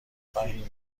فهیمه